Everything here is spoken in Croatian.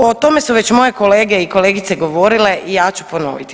O tome su već moje kolege i kolegice govorile i ja ću ponoviti.